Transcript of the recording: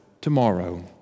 tomorrow